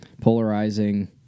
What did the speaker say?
polarizing